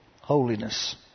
holiness